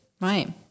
right